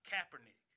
Kaepernick